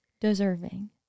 deserving